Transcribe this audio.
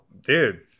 dude